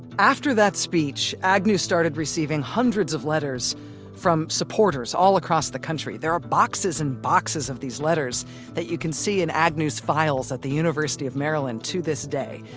after that speech, agnew started receiving hundreds of letters from supporters all across the country. there are boxes and boxes of these letters that you can see in agnew's files at the university of maryland to this day,